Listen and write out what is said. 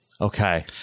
Okay